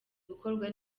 gukorwa